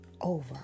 over